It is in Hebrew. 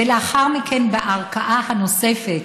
ולאחר מכן, בערכאה הנוספת,